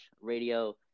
Radio